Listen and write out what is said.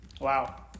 Wow